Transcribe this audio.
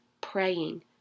praying